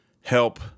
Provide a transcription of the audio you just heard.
help